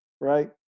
right